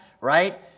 right